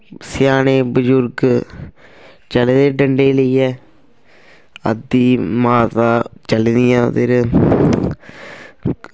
स्याने बजुर्ग चले दे डंडे लेइयै अद्धी माता चली दियां फिर